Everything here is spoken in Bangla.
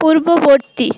পূর্ববর্তী